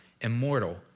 immortal